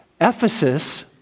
Ephesus